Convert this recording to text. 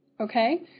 okay